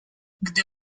gdy